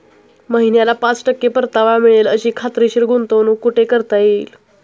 महिन्याला पाच टक्के परतावा मिळेल अशी खात्रीशीर गुंतवणूक कुठे करता येईल?